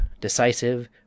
decisive